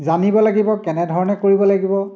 জানিব লাগিব কেনেধৰণে কৰিব লাগিব